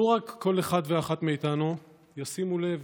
לו כל אחד ואחת מאיתנו היה שם לב